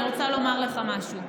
אני רוצה לומר לך משהו: